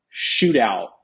shootout